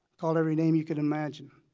called every name you could imagine.